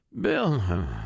Bill